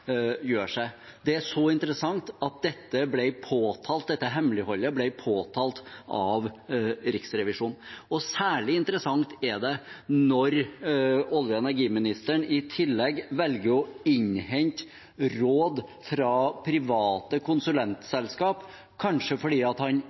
gjør. Det er så interessant at dette hemmeligholdet ble påtalt av Riksrevisjonen, og særlig interessant er det når olje- og energiministeren i tillegg velger å innhente råd fra private